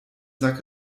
sack